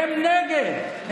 הם נגד.